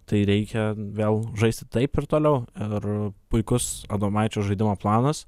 tai reikia vėl žaisti taip ir toliau ir puikus adomaičio žaidimo planas